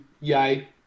Yay